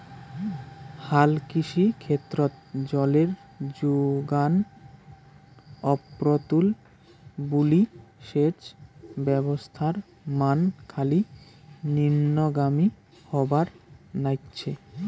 হালকৃষি ক্ষেত্রত জলের জোগান অপ্রতুল বুলি সেচ ব্যবস্থার মান খালি নিম্নগামী হবার নাইগছে